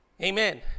Amen